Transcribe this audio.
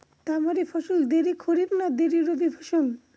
তামারি ফসল দেরী খরিফ না দেরী রবি ফসল?